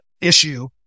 issue